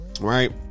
right